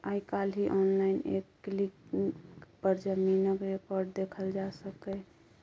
आइ काल्हि आनलाइन एक क्लिक पर जमीनक रिकॉर्ड देखल जा सकैए